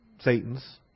Satan's